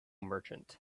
merchant